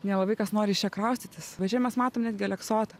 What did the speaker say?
nelabai kas nori iš čia kraustytis va čia mes matom netgi aleksotą